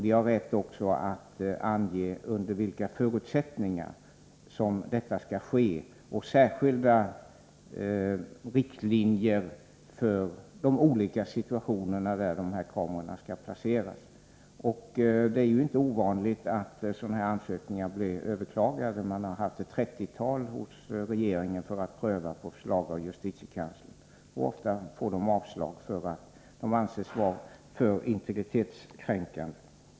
De har också rätt att ange under vilka förutsättningar detta skall ske och utfärda särskilda riktlinjer för de olika situationer när dessa kameror skall placeras. Det är inte ovanligt att avslag på sådana här ansökningar överklagas. Regeringen har haft ett trettiotal ärenden att pröva på förslag av justitiekanslern. Ofta blir det avslag, när dessa kameror anses vara alltför integritetskränkande.